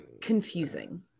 confusing